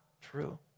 true